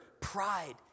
Pride